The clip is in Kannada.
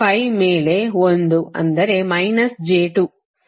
5 ಮೇಲೆ 1 ಅಂದರೆ ಮೈನಸ್ j 2 ಆಗಿದೆ